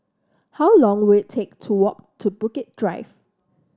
how long will it take to walk to Bukit Drive